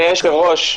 לאוצר.